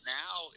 now